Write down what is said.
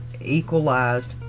equalized